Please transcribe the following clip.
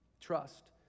trust